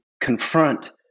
confront